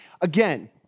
Again